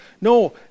No